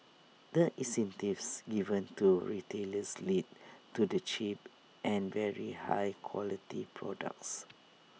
the incentives given to retailers lead to the cheap and very high quality products